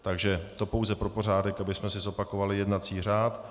Takže to pouze pro pořádek, abychom si zopakovali jednací řád.